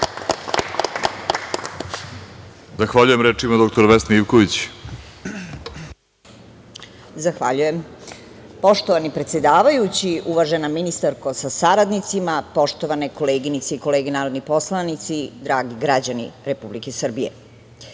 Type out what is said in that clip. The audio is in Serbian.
Vesna Ivković. **Vesna Ivković** Zahvaljujem. Poštovani predsedavajući, uvažena ministarko sa saradnicima, poštovane koleginice i kolege narodni poslanici, dragi građani Republike Srbije,